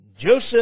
Joseph